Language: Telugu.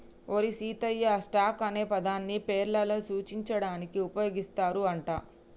ఓరి సీతయ్య, స్టాక్ అనే పదాన్ని పేర్లను సూచించడానికి ఉపయోగిస్తారు అంట